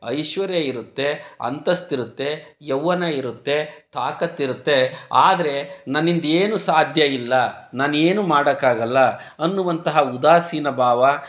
ಐಶ್ವರ್ಯ ಇರುತ್ತೆ ಅಂತಸ್ತು ಇರುತ್ತೆ ಯೌವ್ವನ ಇರುತ್ತೆ ತಾಕತ್ತು ಇರುತ್ತೆ ಆದರೆ ನನ್ನಿಂದೇನೂ ಸಾಧ್ಯವಿಲ್ಲ ನಾನು ಏನೂ ಮಾಡೋಕ್ಕಾಗಲ್ಲ ಅನ್ನುವಂತಹ ಉದಾಸೀನ ಭಾವ